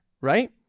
right